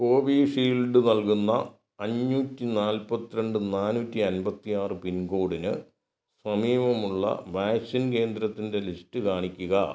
Covishield നൽകുന്ന അഞ്ഞൂറ്റി നാൽപത്തിരണ്ട് നാനൂറ്റി അൻപത്തിയാറ് പിൻകോഡിന് സമീപമുള്ള വാക്സിൻ കേന്ദ്രത്തിൻ്റെ ലിസ്റ്റ് കാണിക്കുക